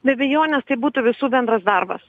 be abejonės tai būtų visų bendras darbas